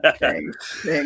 Thanks